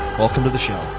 welcome to the show.